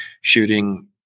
shooting